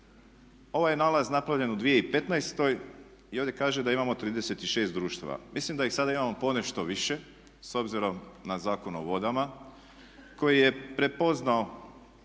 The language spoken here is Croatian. Ovaj je nalaz napravljen u 2015. i ovdje kaže da imamo 36 društava. Mislim da ih sada imamo ponešto više s obzirom na Zakon o vodama koji je prepoznao